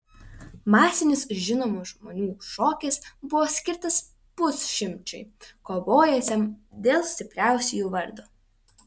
masinis žinomų žmonių šokis buvo skirtas pusšimčiui kovojusiam dėl stipriausiųjų vardo